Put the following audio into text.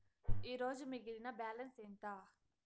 ఈరోజు మిగిలిన బ్యాలెన్స్ ఎంత?